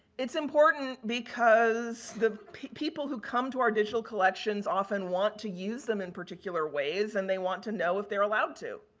it's important because the people who come to our digital collections often want to use them in particular ways and they want to know if they're allowed to.